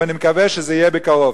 ואני מקווה שזה יהיה בקרוב.